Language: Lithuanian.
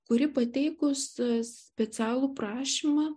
kuri pateikus specialų prašymą